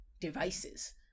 devices